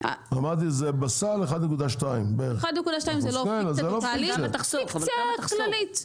אמרתי שזה בסל 1.2. 1.2 זה לא פיקציה --- פיקציה כללית.